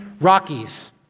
Rockies